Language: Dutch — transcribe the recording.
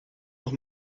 nog